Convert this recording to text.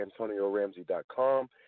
antonioramsey.com